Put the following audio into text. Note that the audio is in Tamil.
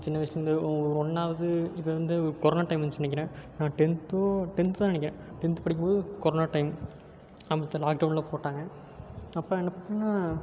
சின்ன வயசிலேருந்து ஒ ஒரு ஒன்றாவது இப்போ வந்து கொரோனா டைம் வந்துச்சுன்னு நினைக்கிறேன் நான் டென்த்தோ டென்த்து தான் நினைக்கிறேன் டென்த்து படிக்கும் போது கொரோனா டைம் அப்போ தான் லாக்டவுனெலாம் போட்டாங்க அப்போ என்ன பண்ணிணேன்